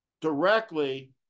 directly